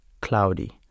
cloudy